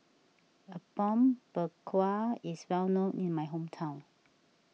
Apom Berkuah is well known in my hometown